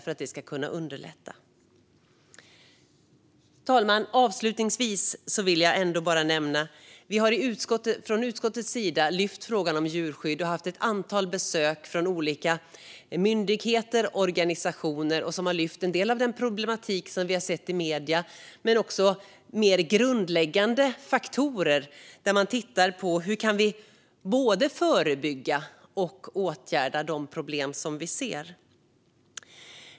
Fru talman! Vi har från utskottets sida lyft frågan om djurskydd, och vi har haft ett antal besök från olika myndigheter och organisationer. De har lyft en del av den problematik som vi har sett i medier. Men det handlar också om mer grundläggande faktorer. Hur kan vi både förebygga och åtgärda de problem som vi ser?